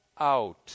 out